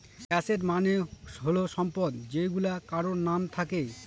asset মানে হল সম্পদ যেইগুলা কারোর নাম থাকে